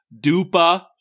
Dupa